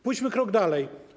Pójdźmy krok dalej.